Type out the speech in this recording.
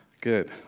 good